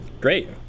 Great